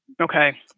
Okay